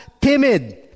timid